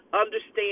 Understand